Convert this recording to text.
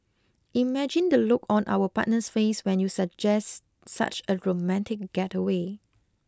imagine the look on our partner's face when you suggest such a romantic getaway